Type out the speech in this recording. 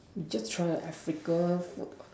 just try a Africa food